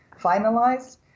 finalized